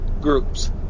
groups